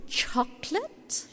chocolate